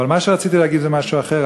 אבל מה שרציתי להגיד זה משהו אחר,